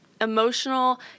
emotional